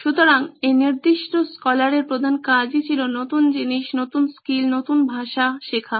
সুতরাং এই নির্দিষ্ট স্কলার এর প্রধান কাজই ছিল নতুন জিনিস নতুন স্কিল নতুন ভাষা শেখা